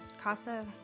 Casa